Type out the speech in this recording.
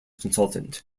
consultant